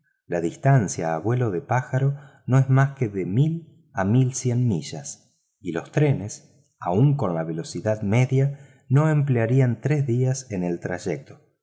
la distancia a vuelo de pájaro no es más que de mil a mil cien millas y los trenes aun con la velocidad media no emplearían tres días en el trayecto